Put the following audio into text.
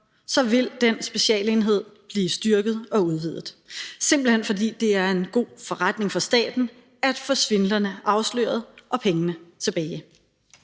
så vil den specialenhed blive styrket og udvidet, simpelt hen fordi det er en god forretning for staten at få svindlere afsløret og pengene tilbage.